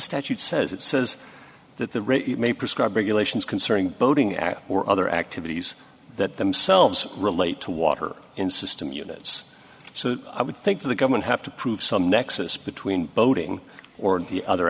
statute says it says that the rate may prescribe regulations concerning boating as or other activities that themselves relate to water in system units so i would think the government have to prove some nexus between boating or the other